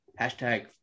hashtag